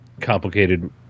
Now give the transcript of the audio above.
complicated